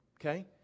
Okay